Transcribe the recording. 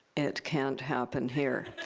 it can't happen here.